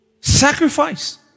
Sacrifice